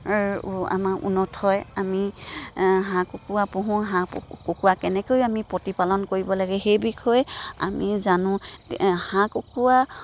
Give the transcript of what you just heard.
আমাৰ উন্নত হয় আমি হাঁহ কুকুৰা পুহোঁ হাঁহ কুকুৰা কেনেকৈ আমি প্ৰতিপালন কৰিব লাগে সেই বিষয়ে আমি জানো হাঁহ কুকুৰা